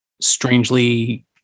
strangely